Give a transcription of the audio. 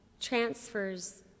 transfers